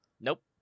Nope